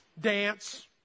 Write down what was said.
dance